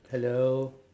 hello